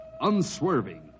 Unswerving